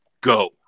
go